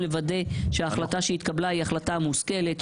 לוודא שההחלטה שהתקבלה היא החלטה מושכלת,